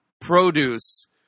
produce